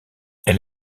elle